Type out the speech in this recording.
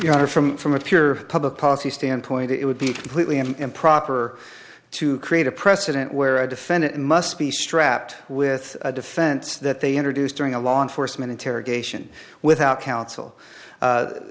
honor from from a pure public policy standpoint it would be completely and improper to create a precedent where i defendant must be strapped with a defense that they introduced during a law enforcement interrogation without counsel